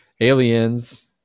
aliens